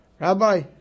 Rabbi